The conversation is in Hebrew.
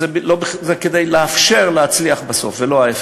זה כדי לאפשר להצליח בסוף, ולא ההפך.